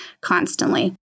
constantly